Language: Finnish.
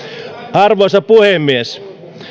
arvoisa puhemies